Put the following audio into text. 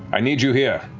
i need you here.